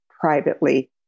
privately